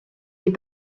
des